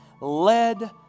led